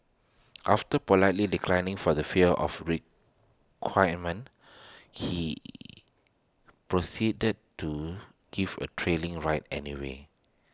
after politely declining for the fear of requirement he proceeded to give A thrilling ride anyway